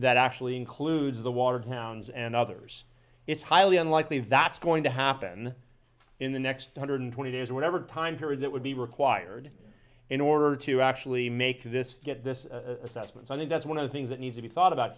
that actually includes the watertown's and others it's highly unlikely that's going to happen in the next hundred twenty days or whatever time period that would be required in order to actually make this get this assessment so i think that's one of the things that needs to be thought about